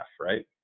Right